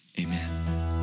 amen